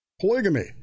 polygamy